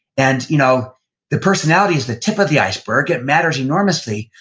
and you know the personality is the tip of the iceberg, it matters enormously,